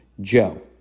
Joe